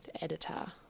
editor